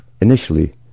initially